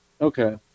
Okay